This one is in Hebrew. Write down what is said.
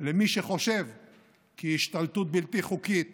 למי שחושב שהשתלטות בלתי חוקית